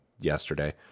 yesterday